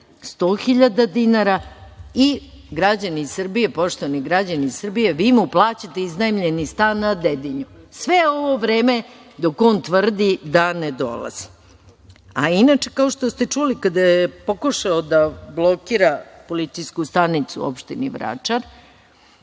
100.000 dinara i građani Srbije, poštovani građani Srbije, vi mu plaćate iznajmljeni stan na Dedinju sve ovo vreme dok on tvrdi da ne dolazi, a inače kao što ste čuli kada je pokušao da blokira policijsku stanicu u opštini Vračar